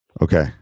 Okay